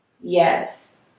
yes